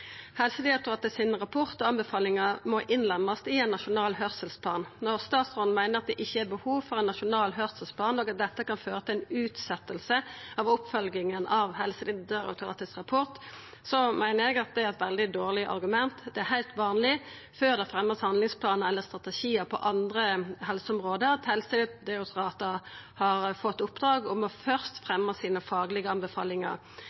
og anbefalingane deira må innlemmast i ein nasjonal høyrselsplan. Når statsråden meiner at det ikkje er behov for ein nasjonal høyrselsplan og dette kan føre til ei utsetjing av oppfølginga av rapporten frå Helsedirektoratet, meiner eg at det er eit veldig dårleg argument. Det er heilt vanleg før ein fremjar ein handlingsplan eller strategi på andre helseområde, at Helsedirektoratet får i oppdrag først å fremja sine faglege anbefalingar.